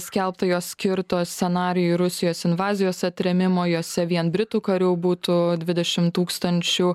skelbta jos skirtos scenarijui rusijos invazijos atrėmimo jose vien britų karių būtų dvidešimt tūkstančių